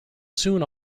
soon